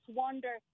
wonder